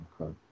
okay